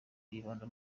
bibanda